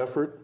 effort